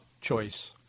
choice